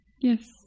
Yes